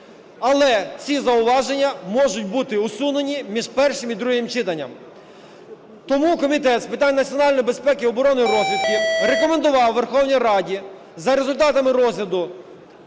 але ці зауваження можуть бути усунені між першим і другим читанням. Тому Комітет з питань національної безпеки, оборони і розвідки рекомендував Верховній Раді за результатами розгляду